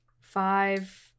Five